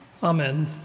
Amen